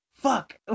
Fuck